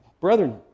brethren